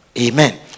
Amen